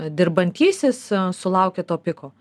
dirbantysis sulaukia to piko